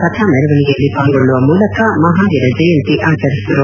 ರಥ ಮೆರವಣಿಗೆಯಲ್ಲಿ ಪಾಲ್ಗೊಳ್ಳುವ ಮೂಲಕ ಮಹಾವೀರ ಜಯಂತಿ ಆಚರಿಸಿದರು